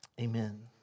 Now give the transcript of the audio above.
amen